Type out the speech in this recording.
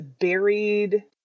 buried